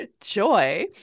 Joy